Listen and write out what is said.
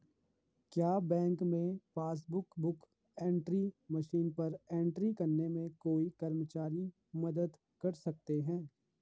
क्या बैंक में passbook book entry machine पर एंट्री करने में कोई कर्मचारी मदद कर सकते हैं?